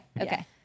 okay